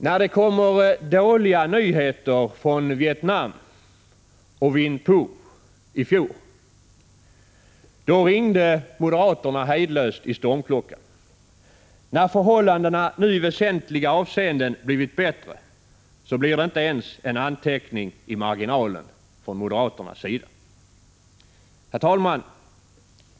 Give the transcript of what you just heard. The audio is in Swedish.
När det kom dåliga nyheter från Vietnam och Vinh Phu i fjol, då ringde moderaterna hejdlöst i stormklockan. När förhållandena nu i väsentliga avseenden blivit bättre, blir det inte ens en anteckning i marginalen från moderaternas sida. Herr talman!